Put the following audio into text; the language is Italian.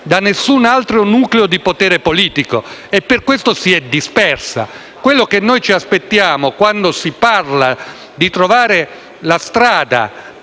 da nessun altro nucleo di potere politico e per questo si è dispersa. Quello che ci aspettiamo quando si parla di trovare la strada